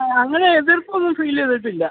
ആ അങ്ങനെ എതിർപ്പൊന്നും ഫീൽ ചെയ്തിട്ടില്ല